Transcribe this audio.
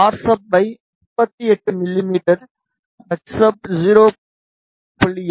R sub I 38 மிமீ H sub 0